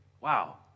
Wow